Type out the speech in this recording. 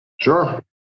Sure